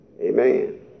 Amen